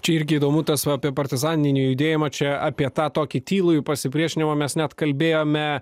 čia irgi įdomu tas apie partizaninį judėjimą čia apie tą tokį tylų pasipriešinimą mes net kalbėjome